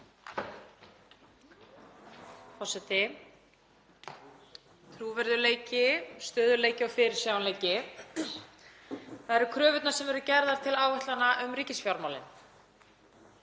Það eru kröfurnar sem eru gerðar til áætlana um ríkisfjármálin.